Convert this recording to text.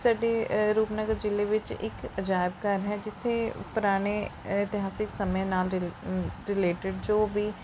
ਸਾਡੇ ਰੂਪਨਗਰ ਜ਼ਿਲ੍ਹੇ ਵਿੱਚ ਇੱਕ ਅਜਾਇਬ ਘਰ ਹੈ ਜਿੱਥੇ ਪੁਰਾਣੇ ਅ ਇਤਿਹਾਸਿਕ ਸਮਿਆਂ ਨਾਲ ਰਿਲੇ ਰਿਲੇਟਿਡ ਜੋ ਵੀ